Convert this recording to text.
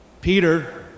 Peter